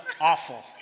awful